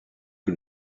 que